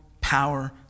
power